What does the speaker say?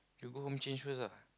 you go home change first ah